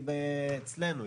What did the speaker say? הבעיה היא אצלנו,